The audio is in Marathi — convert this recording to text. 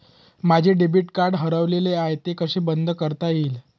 माझे डेबिट कार्ड हरवले आहे ते कसे बंद करता येईल?